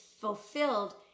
fulfilled